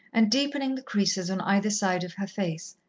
and deepening the creases on either side of her face.